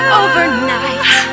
overnight